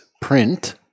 print